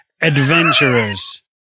adventurers